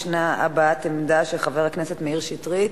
יש הבעת עמדה של חבר הכנסת מאיר שטרית.